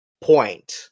point